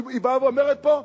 והיא באה ואומרת פה,